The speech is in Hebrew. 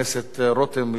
יושב-ראש הוועדה,